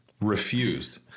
refused